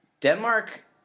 Denmark